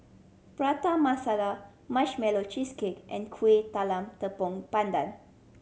Prata Masala Marshmallow Cheesecake and Kueh Talam Tepong Pandan